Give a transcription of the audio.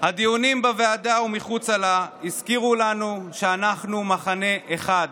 הדיונים בוועדה ומחוצה לה הזכירו לנו שאנחנו מחנה אחד.